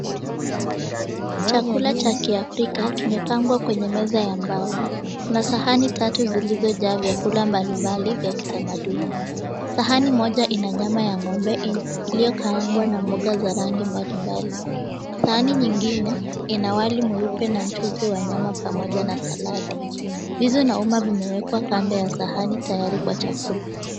Chakula cha Kiafrika kimepangwa kwenye meza ya mbao. Kuna sahani tatu zilizojaa vyakula mbalimbali vya kitamaduni. Sahani moja ina nyama ya ng'ombe iliyokaangwa na mboga za rangi mbalimbali. Sahani nyingine ina wali mweupe na mchuzi wa nyama pamoja na saladi. Visu na uma vimewekwa kando ya sahani tayari kwa chakula.